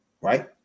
right